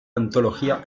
antología